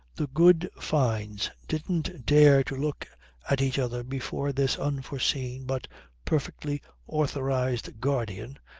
the good fynes didn't dare to look at each other before this unforeseen but perfectly authorized guardian,